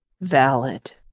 Valid